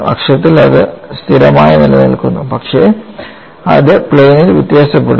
അക്ഷത്തിൽ അത് സ്ഥിരമായി നിലനിൽക്കുന്നു പക്ഷേ അത് പ്ലെയിനിൽ വ്യത്യാസപ്പെടുന്നു